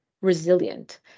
resilient